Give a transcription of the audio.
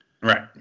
Right